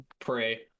Pray